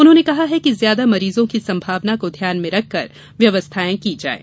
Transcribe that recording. उन्होंने कहा है कि ज्यादा मरीजों की संभावना को ध्यान में रख कर व्यवस्थाएँ की जायें